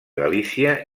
galícia